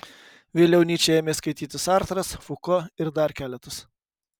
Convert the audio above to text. vėliau nyčę ėmė skaityti sartras fuko ir dar keletas